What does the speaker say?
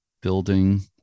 building